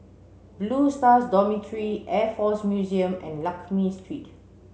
Blue Stars Dormitory Air Force Museum and Lakme Street